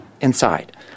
Inside